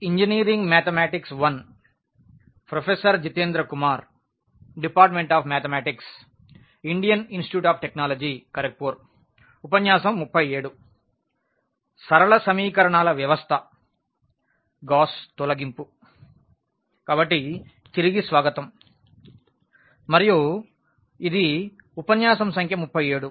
స్వాగతం ఇది ఉపన్యాస సంఖ్య 37